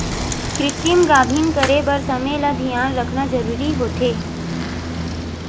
कृतिम गाभिन करे बर समे ल धियान राखना जरूरी होथे